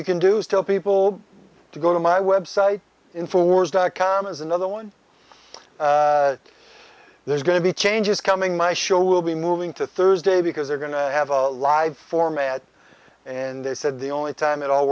you can do still people to go to my website in force dot com is another one there's going to be changes coming my show will be moving to thursday because they're going to have a live format and they said the only time it all